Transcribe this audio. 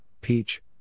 peach